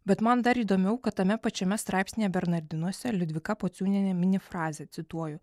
bet man dar įdomiau kad tame pačiame straipsnyje bernardinuose liudvika pociūnienė mini frazę cituoju